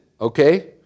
okay